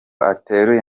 ateruye